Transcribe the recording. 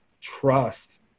trust